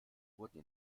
wurden